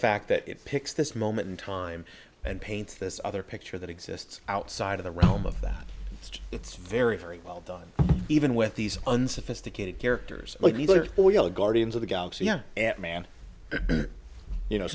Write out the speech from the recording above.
fact that it picks this moment in time and paints this other picture that exists outside of the realm of that it's very very well done even with these unsophisticated characters but neither are we all guardians of the galaxy yeah man you know